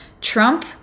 Trump